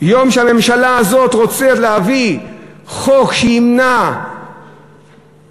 יום שהממשלה הזאת רוצה להביא חוק שימנע ולא